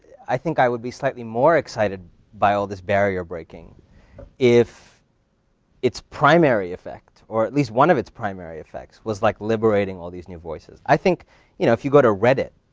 i think i would be slightly more excited by all this barrier breaking if its primary effect, or at least one of its primary effects, was like liberating all these new voices. i think you know if you go to reddit,